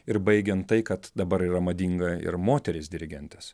ir baigiant tai kad dabar yra madinga ir moterys dirigentės